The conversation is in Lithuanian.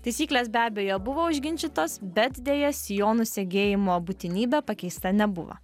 taisyklės be abejo buvo užginčytos bet deja sijonų segėjimo būtinybė pakeista nebuvo